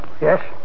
Yes